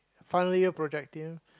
final year project team